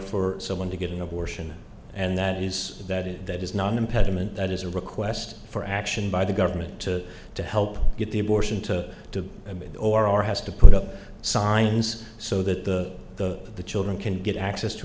for someone to get an abortion and that is that is that is not an impediment that is a request for action by the government to to help get the abortion to be the or has to put up signs so that the the the children can get access to